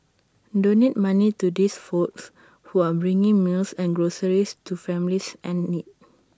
donate money to these folks who are bringing meals and groceries to families in need